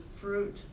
fruit